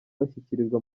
bashyikirizwa